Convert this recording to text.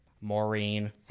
Maureen